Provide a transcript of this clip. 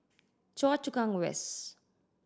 Choa Chu Kang West